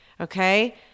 okay